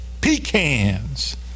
pecans